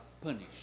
punished